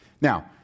Now